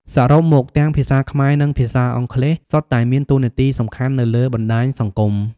សរុបមក ទាំងភាសាខ្មែរ និងភាសាអង់គ្លេសសុទ្ធតែមានតួនាទីសំខាន់នៅលើបណ្ដាញសង្គម។